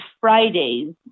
Fridays